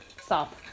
Stop